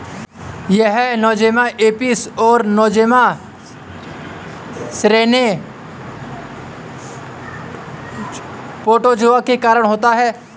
यह Nosema apis और Nosema ceranae protozoa के कारण होता है